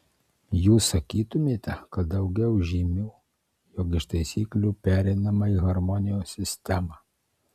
jūs sakytumėte kad daugiau žymių jog iš taisyklių pereinama į harmonijos sistemą